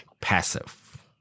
passive